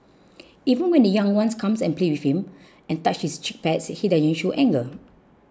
even when the young ones come and play with him and touch his cheek pads he doesn't show anger